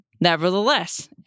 Nevertheless